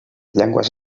llengües